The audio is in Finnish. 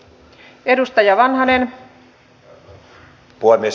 arvoisa rouva puhemies